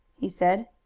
he said.